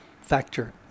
factor